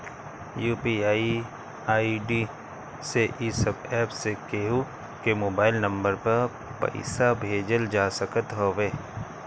UPI ID से इ सब एप्प से केहू के मोबाइल नम्बर पअ पईसा भेजल जा सकत हवे